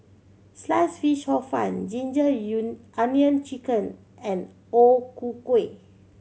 Sliced Fish Hor Fun ginger onion chicken and O Ku Kueh